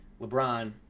LeBron